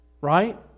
right